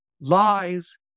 lies